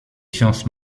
sciences